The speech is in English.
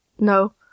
No